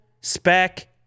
spec